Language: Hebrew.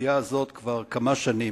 בסוגיה הזאת כבר כמה שנים.